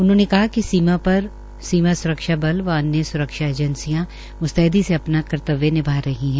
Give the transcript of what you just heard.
उन्होंने कहा कि सीमा पर सीमा स्रक्षा बल व अन्य स्रक्षा एजेंसियां मुस्तैदी से अपना कर्तव्य निभा रही है